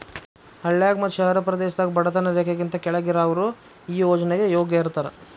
ಹಳ್ಳಾಗ ಮತ್ತ ಶಹರ ಪ್ರದೇಶದಾಗ ಬಡತನ ರೇಖೆಗಿಂತ ಕೆಳ್ಗ್ ಇರಾವ್ರು ಈ ಯೋಜ್ನೆಗೆ ಯೋಗ್ಯ ಇರ್ತಾರ